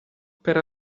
per